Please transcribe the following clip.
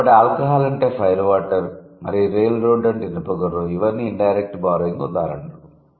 కాబట్టి ఆల్కహాల్ అంటే ఫైర్వాటర్ మరియు రెయిల్ రోడ్ అంటే ఇనుప గుర్రం ఇవన్నీ ఇండైరెక్ట్ బారోయింగ్కు ఉదాహరణలు